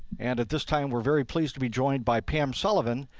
and at this time we're very pleased to be joined by pam sullivan,